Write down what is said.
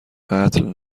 قتل